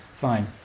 fine